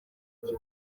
iki